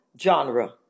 genre